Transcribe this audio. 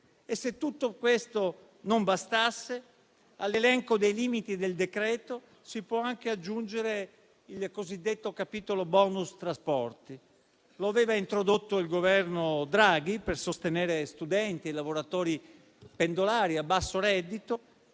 Se tutto questo non bastasse, all'elenco dei limiti del decreto si può anche aggiungere il cosiddetto capitolo *bonus* trasporti. Lo aveva introdotto il Governo Draghi per sostenere studenti e lavoratori pendolari a basso reddito;